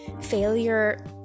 Failure